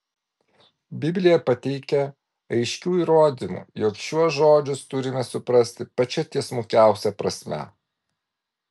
biblija pateikia aiškių įrodymų jog šiuos žodžius turime suprasti pačia tiesmukiausia prasme